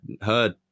heard